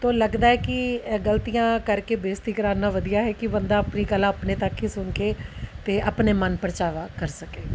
ਤਾਂ ਲੱਗਦਾ ਹੈ ਕਿ ਗਲਤੀਆਂ ਕਰਕੇ ਬੇਇਜ਼ਤੀ ਕਰਾਉਣ ਨਾਲੋਂ ਵਧੀਆ ਹੈ ਕਿ ਬੰਦਾ ਆਪਣੀ ਕਲਾ ਆਪਣੇ ਤੱਕ ਹੀ ਸੁਣ ਕੇ ਅਤੇ ਆਪਣੇ ਮਨ ਪਰਚਾਵਾ ਕਰ ਸਕੇ